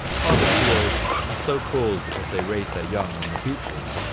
harbour seals are so called because they raise their young on the beaches,